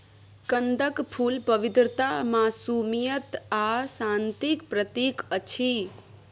कंदक फुल पवित्रता, मासूमियत आ शांतिक प्रतीक अछि